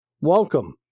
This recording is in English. welcome